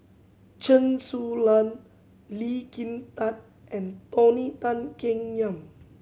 Chen Su Lan Lee Kin Tat and Tony Tan Keng Yam